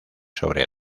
sobre